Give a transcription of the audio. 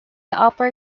upper